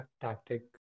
tactic